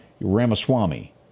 Ramaswamy